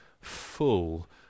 full